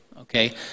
okay